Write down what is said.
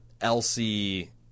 Elsie